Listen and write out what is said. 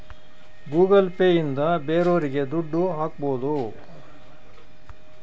Google Pay ಇಂದ ಬೇರೋರಿಗೆ ದುಡ್ಡು ಹಾಕ್ಬೋದು